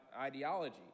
ideology